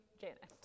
Janet